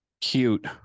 cute